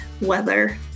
weather